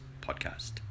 Podcast